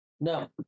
No